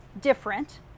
different